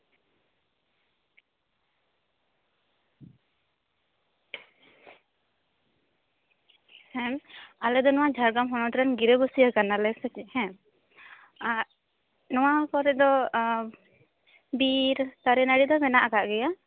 ᱦᱮᱸ ᱟᱞᱮ ᱫᱚ ᱱᱚᱣᱟ ᱡᱷᱟᱲᱜᱨᱟᱢ ᱦᱚᱱᱚᱛ ᱨᱮᱱ ᱜᱤᱨᱟᱹᱵᱟᱹᱥᱭᱟᱹ ᱠᱟᱱᱟᱞᱮ ᱥᱮᱪᱮᱫ ᱦᱮᱸ ᱱᱚᱣᱟ ᱠᱚᱨᱮ ᱫᱚ ᱵᱤᱨ ᱫᱟᱨᱮ ᱱᱟᱹᱲᱤ ᱫᱚ ᱢᱮᱱᱟᱜ ᱟᱠᱟᱫ ᱜᱮᱭᱟ